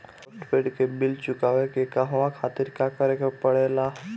Postpaid के bill चुकावे के कहवा खातिर का करे के पड़ें ला?